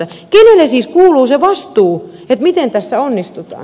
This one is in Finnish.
kenelle siis kuuluu se vastuu miten tässä onnistutaan